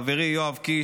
חברי יואב קיש,